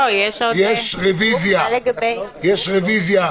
יש רביזיה שלי